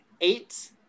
eight